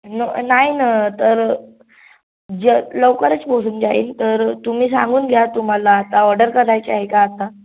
न नाही न तर जर लवकरच पोचून जाईन तर तुम्ही सांगून घ्या तुम्हाला आता ऑर्डर करायची आहे का आत्ता